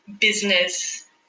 business